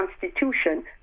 constitution